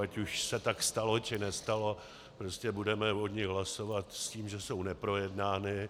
Ať už se tak stalo, či nestalo, prostě budeme o nich hlasovat s tím, že jsou neprojednány.